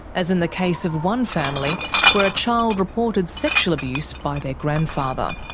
as in the case of one family where a child reported sexual abuse by their grandfather.